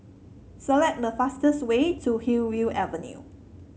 select the fastest way to Hillview Avenue